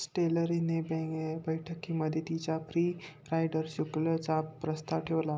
Slattery ने बैठकीमध्ये तिच्या फ्री राईडर शुल्क चा प्रस्ताव ठेवला